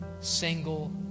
single